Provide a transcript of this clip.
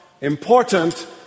important